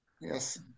Yes